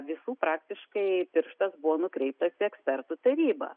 visų praktiškai pirštas buvo nukreiptas į ekspertų tarybą